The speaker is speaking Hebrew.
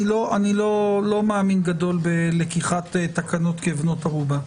לא מאמין גדול בלקיחת תקנות כבנות ערובה.